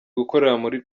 gukorera